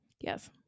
Yes